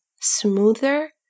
smoother